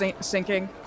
Sinking